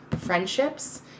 friendships